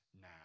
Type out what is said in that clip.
Now